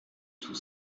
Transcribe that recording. tout